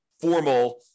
formal